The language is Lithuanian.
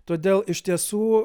todėl iš tiesų